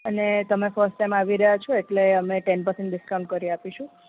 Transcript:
અને તમે first time આવી રહ્યા છો એટલે અમે ટેન પરસેન્ટ ડિસ્કાઉન્ટ કરી આપીશું